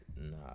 Nah